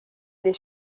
les